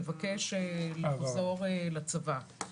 לבקש לחזור לצבא.